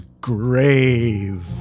grave